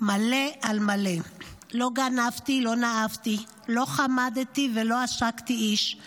מלא על מלא / לא גנבתי / לא נאפתי / לא חמדתי ולא עשקתי איש /